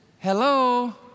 hello